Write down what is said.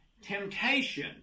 temptation